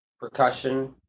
percussion